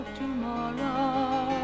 tomorrow